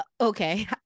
okay